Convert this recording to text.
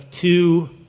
two